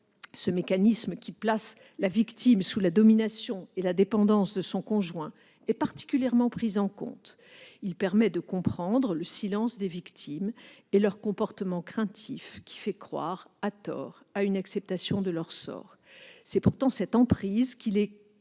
ce mécanisme qui place la victime sous la domination et la dépendance de son conjoint, est particulièrement pris en compte. Il permet de comprendre le silence des victimes et leur comportement craintif, qui fait croire à tort à une acceptation de leur sort. C'est pourtant cette emprise qui les cloue